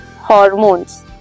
hormones